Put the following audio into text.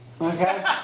Okay